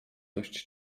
dość